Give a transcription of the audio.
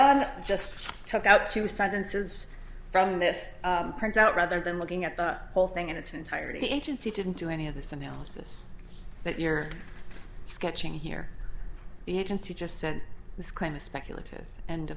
on just took out two sentences from this point out rather than looking at the whole thing in its entirety the agency didn't do any of this analysis that you're sketching here the agency just sent this claim is speculative and